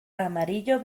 amarillo